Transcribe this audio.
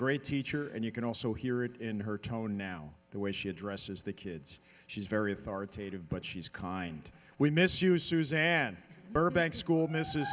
great teacher and you can also hear it in her tone now the way she addresses the kids she's very authoritative but she's kind we miss you suzanne burbank school m